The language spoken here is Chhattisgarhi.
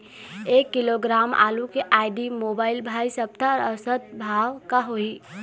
एक किलोग्राम आलू के आईडी, मोबाइल, भाई सप्ता औसत भाव का होही?